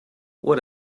what